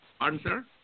Answer